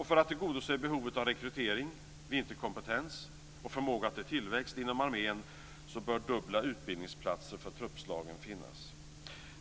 För att tillgodose behovet av rekrytering, vinterkompetens och förmåga till tillväxt inom armén bör dubbla utbildningsplatser för truppslagen finnas.